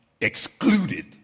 excluded